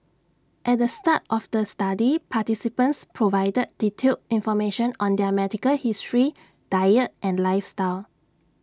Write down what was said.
at the start of the study participants provided detailed information on their medical history diet and lifestyle